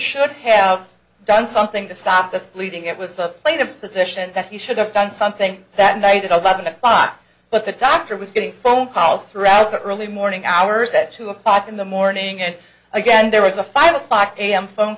should have done something to stop this bleeding it was the plaintiff's position that he should have done something that night at eleven o'clock but the dr was getting phone calls throughout the early morning hours at two o'clock in the morning and again there was a five o'clock am phone